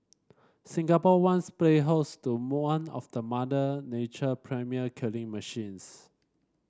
Singapore once played host to of the Mother Nature premium killing machines